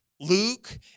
Luke